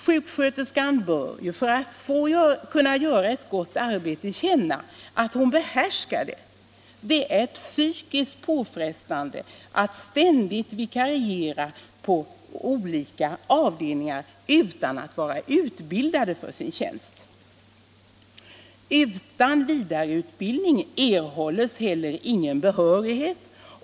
Sjuksköterskan bör, för att kunna göra ett gott arbete, känna att hon behärskar det. Det är psykiskt påfrestande att ständigt vikariera på olika avdelningar utan att vara utbildad för sin tjänst. Utan vidareutbildningen erhålles heller ingen behörighet.